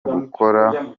gukora